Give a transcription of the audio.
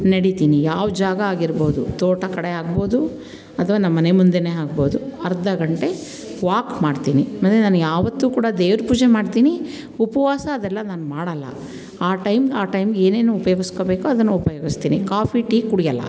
ನಡಿತೀನಿ ಯಾವ ಜಾಗ ಆಗಿರ್ಬೋದು ತೋಟ ಕಡೆ ಆಗ್ಬೋದು ಅಥವಾ ನಮ್ಮನೆ ಮುಂದೆಯೇ ಆಗ್ಬೋದು ಅರ್ಧ ಗಂಟೆ ವಾಕ್ ಮಾಡ್ತೀನಿ ಮತ್ತು ನಾನು ಯಾವತ್ತೂ ಕೂಡ ದೇವ್ರ ಪೂಜೆ ಮಾಡ್ತೀನಿ ಉಪವಾಸ ಅದೆಲ್ಲ ನಾನು ಮಾಡೋಲ್ಲ ಆ ಟೈಮ್ ಆ ಟೈಮಿಗೆ ಏನೇನು ಉಪಯೋಗಿಸ್ಕೊಳ್ಬೇಕೋ ಅದನ್ನು ಉಪಯೋಗಿಸ್ತೀನಿ ಕಾಫಿ ಟೀ ಕುಡಿಯೋಲ್ಲ